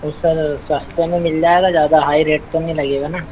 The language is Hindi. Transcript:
तो सर सस्ते में मिल जाएगा ज़्यादा हाई रेट तो नहीं लगेगा न